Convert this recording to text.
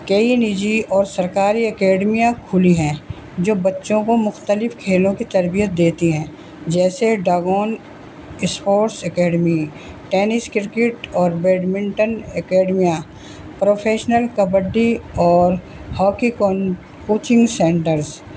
کئی نجی اور سرکاری اکیڈمیاں کھلی ہیں جو بچوں کو مختلف کھیلوں کی تربیت دیتی ہیں جیسے ڈاگون اسپورٹس اکیڈمی ٹینس کرکٹ اور بیڈمنٹن اکیڈمیاں پروفیشنل کبڈی اور ہاکی کون کوچنگ سینٹرز